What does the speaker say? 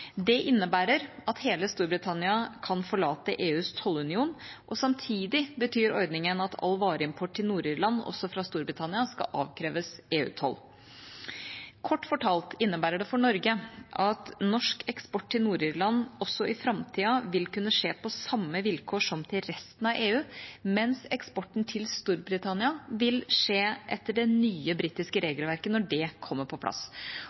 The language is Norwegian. Det innebærer at hele Storbritannia kan forlate EUs tollunion. Samtidig betyr ordningen at all vareimport til Nord-Irland, også fra Storbritannia, skal avkreves EU-toll. Kort fortalt innebærer det for Norge at norsk eksport til Nord-Irland i framtida vil kunne skje på samme vilkår som til resten av EU, mens eksporten til Storbritannia vil skje etter det nye britiske regelverket når det kommer på plass.